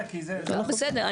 בסדר.